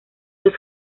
los